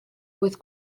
with